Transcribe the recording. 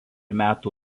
metų